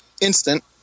instant